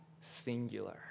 singular